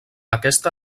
aquesta